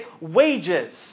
wages